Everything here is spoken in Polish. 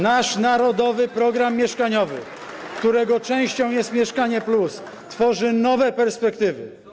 Nasz „Narodowy program mieszkaniowy”, którego częścią jest „Mieszkanie+”, tworzy nowe perspektywy.